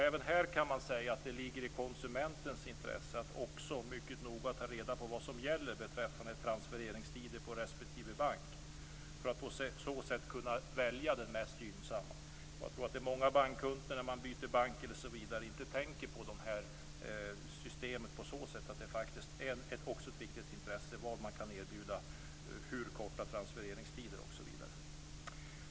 Även här kan man säga att det ligger i konsumentens intresse att också mycket noga ta reda på vad som gäller beträffande transfereringstider på respektive bank för att på så sätt kunna välja den mest gynnsamma. Jag tror att många bankkunder som byter bank inte tänker på systemet på det sättet, och därför borde det vara ett intresse för banken att kunna erbjuda korta transfereringstider.